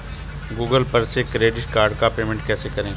Google पर से credit card का पेमेंट कैसे करें?